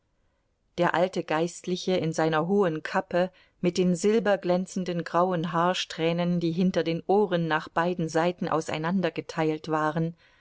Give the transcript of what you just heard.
der alte geistliche in seiner hohen kappe mit den silberglänzenden grauen haarsträhnen die hinter den ohren nach beiden seiten auseinandergeteilt waren